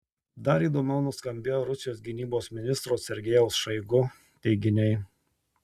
dar įdomiau nuskambėjo rusijos gynybos ministro sergejaus šoigu teiginiai